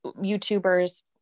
YouTubers